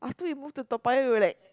after we move to Toa-Payoh we were like